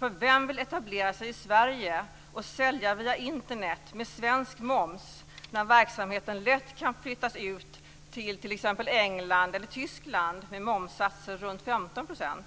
Vem vill etablera sig i Sverige och sälja via Internet med svensk moms när verksamheten lätt kan flyttas till t.ex. England eller Tyskland med momssatser runt 15 %?